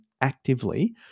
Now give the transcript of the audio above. actively